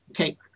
okay